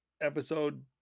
episode